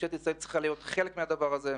ושמשטרת ישראל צריכה להיות חלק מהדבר הזה.